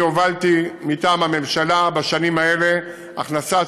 אני הובלתי מטעם הממשלה בשנים האלה הכנסת